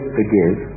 forgive